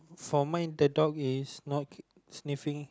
for my the dog is not sniffing